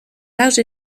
large